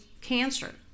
cancer